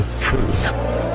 truth